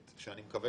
אם הייתי רוצה